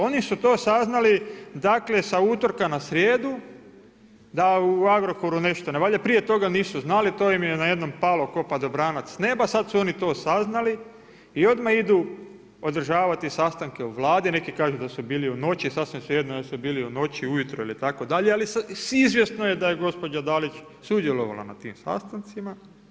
Oni su to saznali dakle, sa utorka na srijedu, da u Agrokoru nešto ne valja, prije toga nisu znali, to im je najednom palo ko padobranac s neba, sada su oni to saznali i odmah idu održavati sastanke u Vladi, neki kažu da su bili u noći, sasvim svejedno, jesu li bili u noći, ujutro, itd., ali izvjesno je da je gospođa Dalić sudjelovala na tim sastancima.